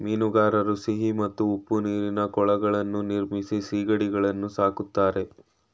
ಮೀನುಗಾರರು ಸಿಹಿ ಮತ್ತು ಉಪ್ಪು ನೀರಿನ ಕೊಳಗಳನ್ನು ನಿರ್ಮಿಸಿ ಸಿಗಡಿಗಳನ್ನು ಸಾಕ್ತರೆ